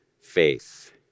faith